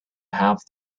have